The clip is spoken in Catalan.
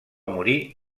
morir